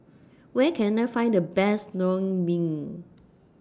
Where Can I Find The Best Naengmyeon